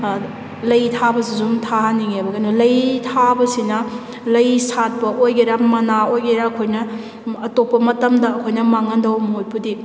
ꯂꯩ ꯊꯥꯕꯁꯤꯁꯨ ꯑꯁꯨꯝ ꯊꯥꯍꯟꯅꯤꯡꯉꯦꯕ ꯀꯩꯅꯣ ꯂꯩ ꯊꯥꯕꯁꯤꯅ ꯂꯩ ꯁꯥꯠꯄ ꯑꯣꯏꯒꯦꯔ ꯃꯅꯥ ꯑꯣꯏꯒꯦꯔ ꯑꯩꯈꯣꯏꯅ ꯑꯇꯣꯞꯄ ꯃꯇꯝꯗ ꯑꯩꯈꯣꯏꯅ ꯃꯥꯡꯍꯟꯗꯧꯕ ꯃꯍꯨꯠꯄꯨꯗꯤ